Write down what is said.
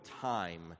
time